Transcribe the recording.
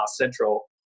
Central